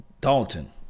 Dalton